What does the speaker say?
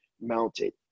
mounted